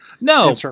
No